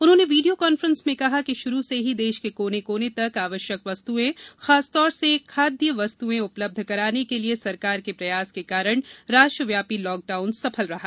उन्होंने video conference में कहा कि शुरू से ही देश के कोने कोने तक आवश्यक वस्तुएं खासतौर से खाद्य वस्तुए उपलब्ध कराने के लिए सरकार के प्रयास के कारण राष्ट्रव्यापी लॉकडाउन सफल रहा